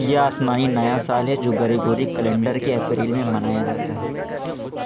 یہ آسمانی نیا سال ہے جو گریگوری کیلنڈر کے اپریل میں منایا جاتا ہے